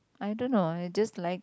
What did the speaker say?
I don't know I just like